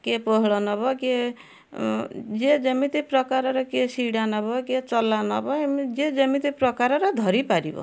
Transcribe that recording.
କିଏ ପୋହଳ ନବ କିଏ ଯିଏ ଯେମିତି ପ୍ରକାରର କିଏ ସିଡ଼ା ନବ କିଏ ଚଲା ନବ ଏମିତି ଯିଏ ଯେମିତି ପ୍ରକାରର ଧରି ପାରିବ